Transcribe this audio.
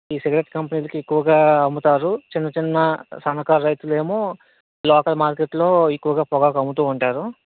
ఈ సిగరెట్ కంపెనీలకి ఎక్కువగా అమ్ముతారు చిన్న చిన్న సన్నకారు రైతులేమో లోకల్ మార్కెట్లో ఎక్కువగా పొగాకు అమ్ముతూ ఉంటారు